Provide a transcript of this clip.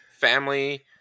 family